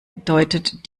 deutet